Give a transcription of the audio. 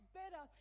better